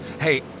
Hey